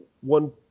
one